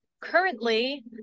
Currently